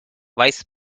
vice